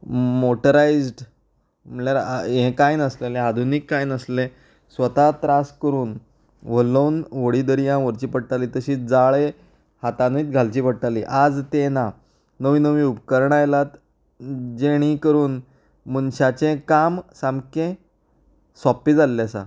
motorised म्हळ्ळ्यार आ हें कांय नासललें आधुनीक कांय नासलें स्वता त्रास करून वल्लोवन व्हडी दर्या व्हरची पडटाली तशीत जाळें हातानीत घालची पडटाली आज तें ना नवीं नवीं उपकरणां आयलात जेणी करून मनशाचें काम सामकें सोंपें जाल्लें आसा